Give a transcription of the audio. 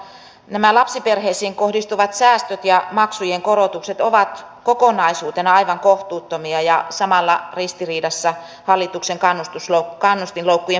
nämä lapsiperheisiin kohdistuvat säästöt ja maksujen korotukset ovat kokonaisuutena aivan kohtuuttomia ja samalla ristiriidassa hallituksen kannustinloukkujen purkamistavoitteiden kanssa